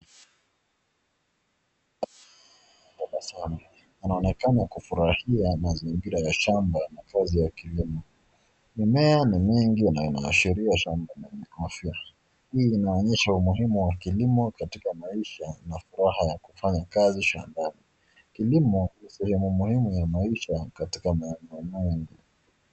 Inaonekana kufurahia mazingira ya shamba na kazi ya kilimo, mimea ni mingi inaashiria shamba ina afya, hii inaonyesha umuhimu wa kilimo katika maisha na furaha yakufanya kazi shambani ,kilimo ni sehemu muhimu ya maisha kaitka maeneo mengi.